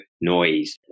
noise